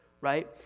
right